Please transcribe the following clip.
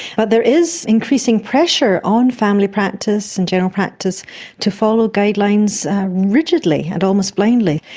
but there is increasing pressure on family practice and general practice to follow guidelines rigidly and almost blindly.